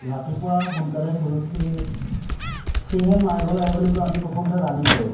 ৰাতিপুৱা সোনকালে শুই উঠি ফ্ৰী হেণ্ড মাৰিব লাগে বুলি কয় আমি প্ৰথমতে ৰানিং কৰোঁ